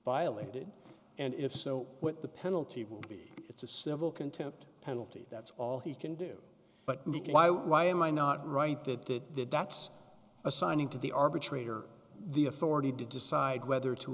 violated and if so what the penalty will be it's a civil contempt penalty that's all he can do but why am i not right that that's assigning to the arbitrator the authority to decide whether to